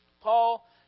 Paul